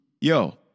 Yo